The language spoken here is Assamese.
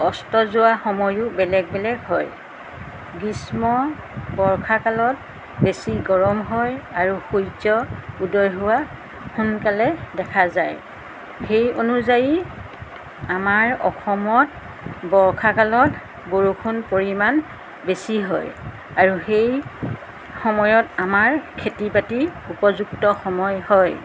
অস্ত যোৱা সময়ো বেলেগ বেলেগ হয় গ্ৰীষ্ম বৰ্ষাকালত বেছি গৰম হয় আৰু সূৰ্য উদয় হোৱা সোনকালে দেখা যায় সেই অনুযায়ী আমাৰ অসমত বৰ্ষাকালত বৰষুণৰ পৰিমাণ বেছি হয় আৰু সেই সময়ত আমাৰ খেতি বাতিৰ উপযুক্ত সময় হয়